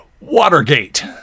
Watergate